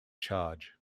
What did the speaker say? charge